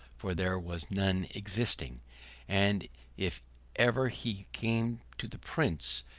for there was none existing and if ever he came to the prince,